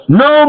no